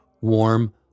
warm